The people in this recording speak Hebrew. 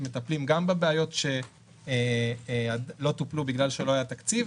מטפלים גם בבעיות שלא טופלו בגלל שלא היה תקציב,